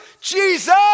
Jesus